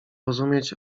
rozumieć